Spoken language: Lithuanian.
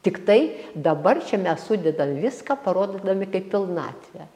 tiktai dabar čia mes sudedam viską parodydami kaip pilnatvę